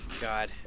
God